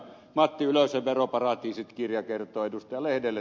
matti ylösen veroparatiisit kirja kertoo ed